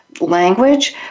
language